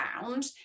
found